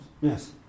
Yes